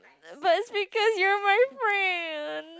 but it's because you're my friend